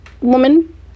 woman